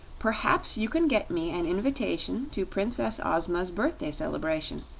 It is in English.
perhaps you can get me an invitation to princess ozma's birthday celebration,